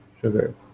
sugar